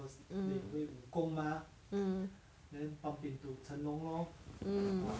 mm mm mm